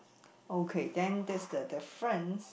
okay then this is the difference